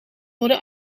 worden